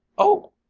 oh!